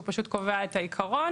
שהוא פשוט קובע את העיקרון